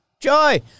joy